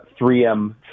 3M